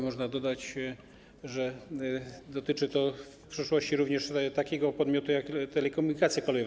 Można dodać, że dotyczy to w przyszłości również takiego podmiotu jak Telekomunikacja Kolejowa.